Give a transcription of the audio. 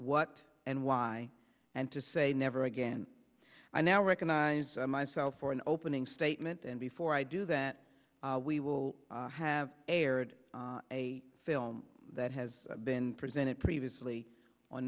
what and why and to say never again i now recognize myself for an opening statement and before i do that we will have aired a film that has been presented previously on